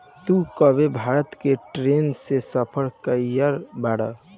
तू कबो भारत में ट्रैन से सफर कयिउल बाड़